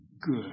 good